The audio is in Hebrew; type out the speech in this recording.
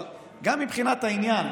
אבל גם מבחינת העניין,